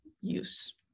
use